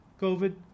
COVID